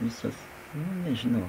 visas nu nežinau